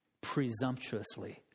presumptuously